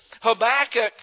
Habakkuk